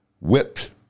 whipped